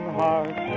heart